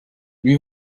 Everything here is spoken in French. lui